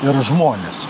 ir žmonės